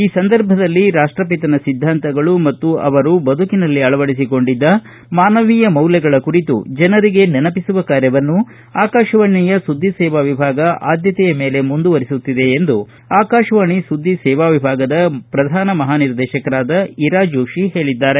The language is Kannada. ಈ ಸಂದರ್ಭದಲ್ಲಿ ರಾಷ್ಷಪಿತನ ಸಿದ್ಗಾಂತಗಳು ಮತ್ತು ಅವರು ಬದುಕಿನಲ್ಲಿ ಅಳವಡಿಸಿಕೊಂಡಿದ್ದ ಮಾನವೀಯ ಮೌಲ್ಯಗಳ ಕುರಿತು ಜನರಿಗೆ ನೆನಪಿಸುವ ಕಾರ್ಯವನ್ನು ಆಕಾಶವಾಣಿಯ ಸುದ್ದಿಸೇವಾ ವಿಭಾಗ ಆದ್ಯತೆಯ ಮೇಲೆ ಮುಂದುವರೆಸುತ್ತಿದೆ ಎಂದು ಆಕಾಶವಾಣಿ ಸುದ್ದಿ ಸೇವಾ ವಿಭಾಗದ ಶ್ರಧಾನ ಮಹಾನಿರ್ದೇಶಕರಾದ ಇರಾ ಜೋತಿ ಹೇಳಿದ್ದಾರೆ